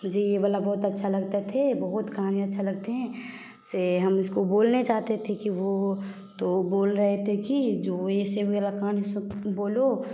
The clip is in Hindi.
जी यह वाला बहुत अच्छा लगते थे बहुत कहानी अच्छा लगते हैं से हम उसको बोलने चाहते थे कि वह तो बोल रहे थे कि जो ऐसे मेरे कहानी ऐसे तो बोलो